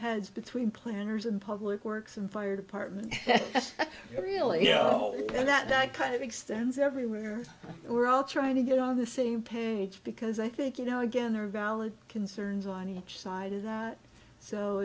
hands between planners and public works and fire department really you know that kind of extends everywhere and we're all trying to get on the same page because i think you know again there are valid concerns on each side of that